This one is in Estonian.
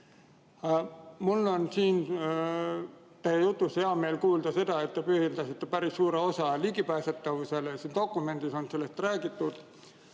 Mul on siin teie jutust hea meel kuulda seda, et te pühendate päris suure osa ligipääsetavusele. Siin dokumendis on sellest räägitud.